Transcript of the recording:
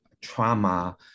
trauma